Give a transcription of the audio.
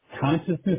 consciousness